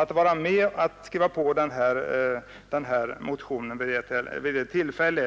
avböjde vi att skriva på den här motionen vid det tillfället.